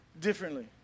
differently